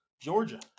Georgia